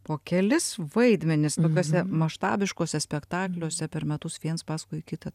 po kelis vaidmenis tokiuose maštabiškuose spektakliuose per metus viens paskui kitą